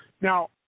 now